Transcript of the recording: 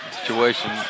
situation